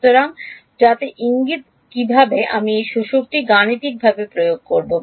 সুতরাং যাতে ইঙ্গিতটি কীভাবে আমি এই শোষকটি গাণিতিকভাবে প্রয়োগ করব